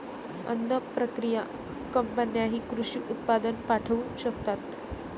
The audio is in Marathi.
अन्न प्रक्रिया कंपन्यांनाही कृषी उत्पादन पाठवू शकतात